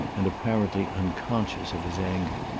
and apparently unconscious of his anger.